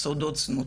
שורדות זנות,